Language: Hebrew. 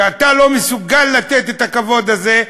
כשאתה לא מסוגל לתת את הכבוד הזה,